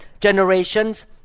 generations